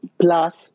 plus